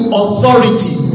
authority